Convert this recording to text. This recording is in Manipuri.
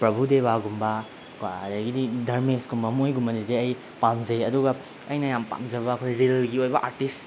ꯄ꯭ꯔꯕꯨ ꯗꯦꯕꯒꯨꯝꯕꯀꯣ ꯑꯗꯒꯤꯗꯤ ꯗꯔꯃꯦꯖꯀꯨꯝꯕ ꯃꯣꯏꯒꯨꯝꯕꯁꯤꯗꯤ ꯑꯩ ꯄꯥꯝꯖꯩ ꯑꯗꯨꯒ ꯑꯩꯅ ꯌꯥꯝ ꯄꯥꯝꯖꯕ ꯑꯩꯈꯣꯏ ꯔꯤꯜꯒꯤ ꯑꯣꯏꯕ ꯑꯥꯔꯇꯤꯁ